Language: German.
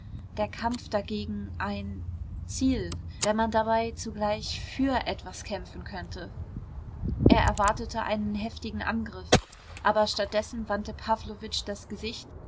der kampf dagegen ein ziel wenn man dabei zugleich für etwas kämpfen könnte er erwartete einen heftigen angriff aber statt dessen wandte pawlowitsch das gesicht